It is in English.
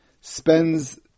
spends